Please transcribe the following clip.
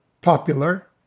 popular